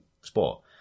sport